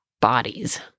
bodies